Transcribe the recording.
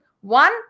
One